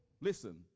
listen